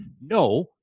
No